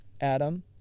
Adam